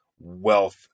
wealth